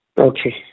Okay